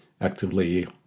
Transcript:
actively